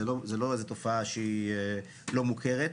זו לא איזו תופעה שלא מוכרת.